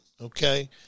Okay